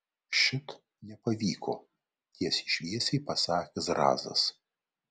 šit nepavyko tiesiai šviesiai pasakė zrazas